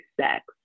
sex